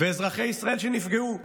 ואזרחי ישראל שנפגעו.